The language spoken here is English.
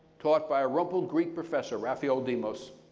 taught by a rumpled greek professor, raphael demos.